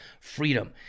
freedom